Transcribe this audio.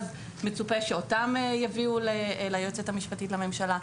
אז מצופה שאותן יביאו ליועצת המשפטית לממשלה.